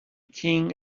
king